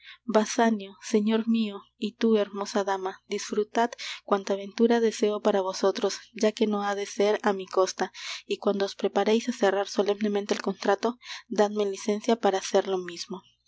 señor mio y tú hermosa dama disfrutad cuanta ventura deseo para vosotros ya que no ha de ser á mi costa y cuando os prepareis á cerrar solemnemente el contrato dadme licencia para hacer lo mismo